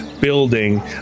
building